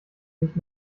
sich